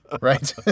Right